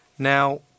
Now